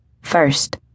first